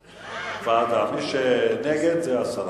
ועדה, מי שנגד, הסרה.